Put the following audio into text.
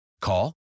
Call